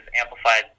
amplified